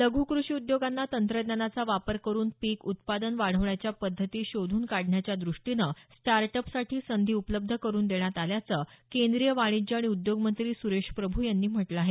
लघु कृषी उद्योगांना तंत्रज्ञानाचा वापर करून पीक उत्पादन वाढवण्याच्या पध्दती शोधून काढण्याच्या दृष्टीनं स्टार्टअपसाठी संधी उपलब्ध करून देण्यात आल्याचं केंद्रीय वाणिज्य आणि उद्योग मंत्री सुरेश प्रभू यांनी म्हटलं आहे